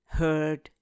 heard